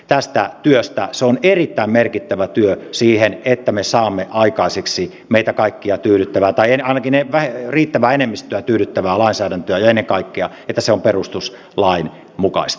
se on erittäin merkittävä työ siihen että me saamme aikaiseksi meitä kaikkia tyydyttävää tai ainakin riittävää enemmistöä tyydyttävää lainsäädäntöä ja ennen kaikkea että se on perustuslain mukaista